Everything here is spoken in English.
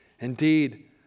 Indeed